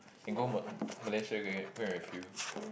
can go Ma~ Malaysia and go and go and refill